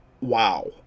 wow